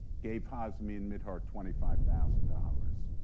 gave hazmi and mihdhar twenty five thousand dollars.